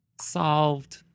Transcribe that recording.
Solved